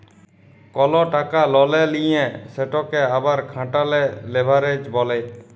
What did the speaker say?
call টাকা ললে লিঁয়ে সেটকে আবার খাটালে লেভারেজ ব্যলে